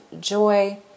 joy